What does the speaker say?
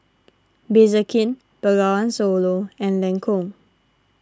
Bengawan Solo and Lancome